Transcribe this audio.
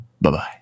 Bye-bye